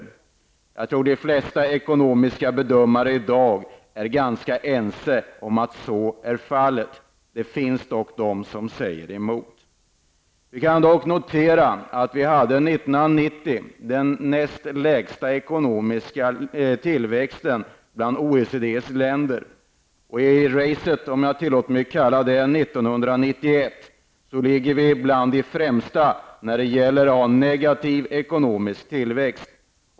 Jag tror att de flesta ekonomiska bedömare i dag är ganska ense om att så är fallet. Det finns dock de som säger emot. Vi kan dock notera att vi i Sverige under 1990 hade den näst lägsta ekonomiska tillväxten av OECD-länderna. Och i racet, om jag får kalla det så, 1991 ligger vi bland de främsta när det gäller att ha negativ ekonomisk tillväxt.